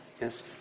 Yes